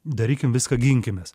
darykim viską ginkimės